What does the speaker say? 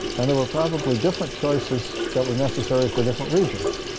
and there were probably different choices that were necessary for different regions